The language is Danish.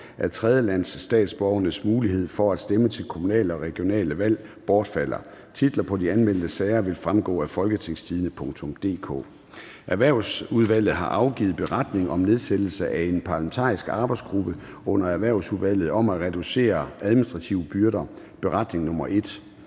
at tredjelandsstatsborgeres mulighed for at stemme til kommunale og regionale valg bortfalder). Titlerne på de anmeldte sager vil fremgå af www.folketingstidende.dk (jf. ovenfor). Erhvervsudvalget har den 12. oktober 2023 afgivet beretning om nedsættelse af en parlamentarisk arbejdsgruppe under Erhvervsudvalget om at reducere administrative byrder. (Beretning nr.